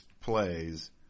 plays